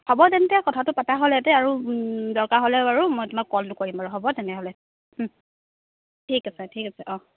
হ'ব তেন্তে কথাটো পাতা হ'লে ইয়াতে আৰু দৰকাৰ হ'লে বাৰু মই তোমাক কলটো কৰিম বাৰু হ'ব তেনেহ'লে ঠিক আছে ঠিক আছে অঁ